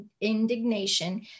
indignation